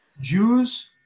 Jews